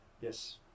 Yes